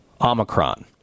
Omicron